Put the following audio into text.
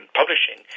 publishing